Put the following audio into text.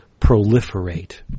proliferate